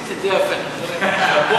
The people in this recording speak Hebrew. עשית את זה יפה, תחזרי.